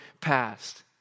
past